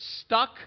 stuck